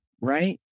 right